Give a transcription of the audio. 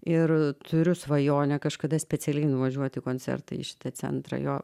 ir turiu svajonę kažkada specialiai nuvažiuot į koncertą į šitą centrą jo